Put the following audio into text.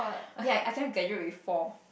okay I I cannot graduate with four